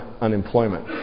unemployment